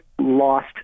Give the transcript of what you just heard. lost